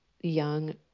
young